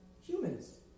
humans